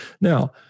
Now